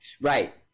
Right